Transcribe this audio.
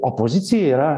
opozicija yra